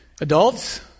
adults